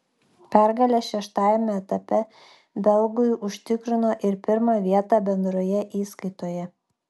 pergalė šeštajame etape belgui užtikrino ir pirmą vietą bendroje įskaitoje